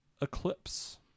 Eclipse